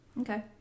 Okay